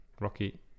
rocky